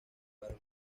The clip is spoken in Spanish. cargo